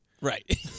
Right